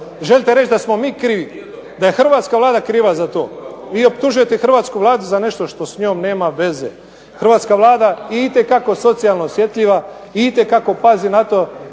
Želite reći da smo mi krivi, da je hrvatska Vlada kriva za to. Vi optužujete hrvatsku Vladu za nešto što s njom nema veze. Hrvatska Vlada je itekako socijalno osjetljiva i itekako pazi na to